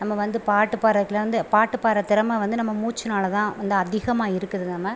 நம்ம வந்து பாட்டு பாடுறதுக்குலாம் வந்து பாட்டு பாடுற திறமை வந்து நம்ம மூச்சுனால் தான் வந்து அதிகமாக இருக்குது நம்ம